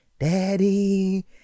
daddy